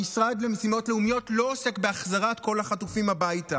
המשרד למשימות לאומיות לא עוסק בהחזרת כל החטופים הביתה.